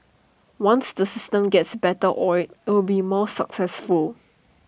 once the system gets better oiled IT will be more successful